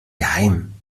geheim